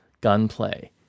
gunplay